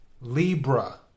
Libra